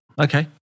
Okay